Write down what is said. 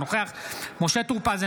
אינו נוכח משה טור פז,